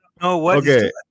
Okay